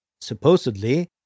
Supposedly